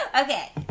okay